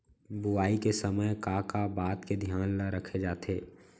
बुआई के समय का का बात के धियान ल रखे जाथे?